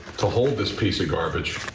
to hold this piece of garbage.